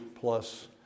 plus